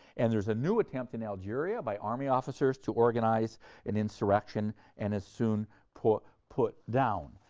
and there's a new attempt in algeria by army officers to organize an insurrection and is soon put put down,